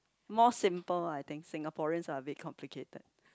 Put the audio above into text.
more simple I think Singaporeans are a bit complicated